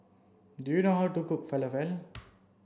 do you know how to cook Falafel